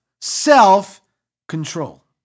self-control